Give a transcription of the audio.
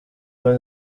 ubu